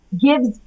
gives